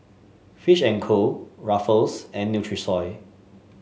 Fish And Co Ruffles and Nutrisoy